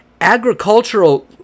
Agricultural